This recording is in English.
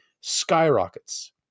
skyrockets